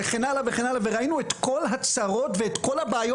אבל אנחנו ראינו את כל הצרות ואת כל הבעיות